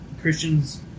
Christian's